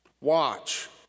Watch